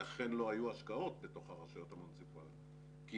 ולכן לא היו השקעות בתוך הרשויות המוניציפליות כי